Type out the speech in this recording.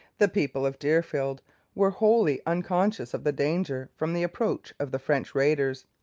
the people of deerfield were wholly unconscious of the danger from the approach of the french raiders.